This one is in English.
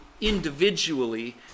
individually